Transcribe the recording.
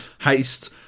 haste